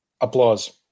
Applause